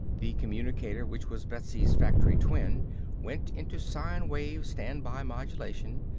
the communicator which was betsy's factory twin went into sine-wave standby-modulation,